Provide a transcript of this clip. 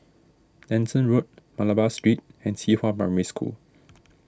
Nanson Road Malabar Street and Qihua Primary School